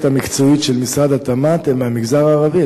המקצועית של משרד התמ"ת הם מהמגזר הערבי.